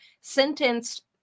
sentenced